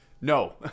No